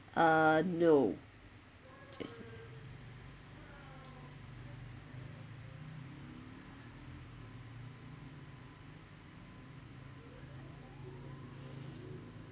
uh no just